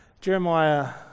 Jeremiah